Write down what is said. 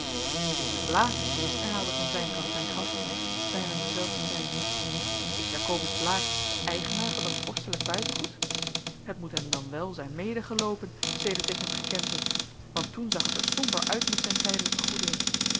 de heer blaek herhaalde van zijn kant mijn gastheer bijna terzelfdertijd is jacobus blaek de eigenaar van dat vorstelijk buitengoed het moet hem dan wel zijn medegeloopen sedert ik hem gekend heb want toen zag het er sober uit met zijn tijdelijke goederen